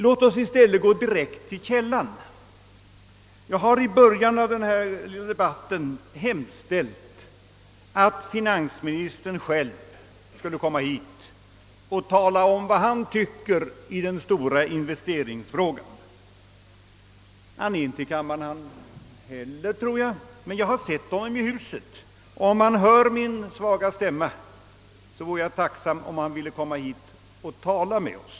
Låt oss i stället gå direkt till källan. Jag har i början av denna debatt hemställt att finansministern själv skulle komma hit och tala om vad han tycker i den stora investeringsfrågan. Han är inte heller närvarande i kammaren, men jag har sett honom här i huset. Om han nu hör min svaga stämma, vore jag tacksam om han ville komma hit och tala med oss!